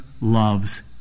loves